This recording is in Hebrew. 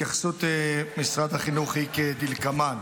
התייחסות משרד החינוך היא כדלקמן: